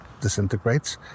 disintegrates